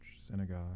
synagogue